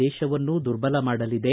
ದೇಶವನ್ನೂ ದುರ್ಬಲ ಮಾಡಲಿದೆ